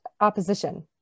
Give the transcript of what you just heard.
opposition